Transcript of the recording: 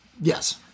Yes